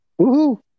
woohoo